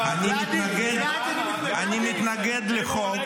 אני מתנגד לחוק,